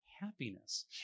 happiness